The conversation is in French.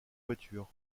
voitures